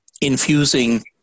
infusing